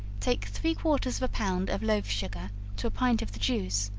take three-quarters of a pound of loaf-sugar to a pint of the juice,